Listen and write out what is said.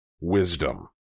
wisdom